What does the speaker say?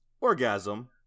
orgasm